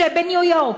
שבניו-יורק,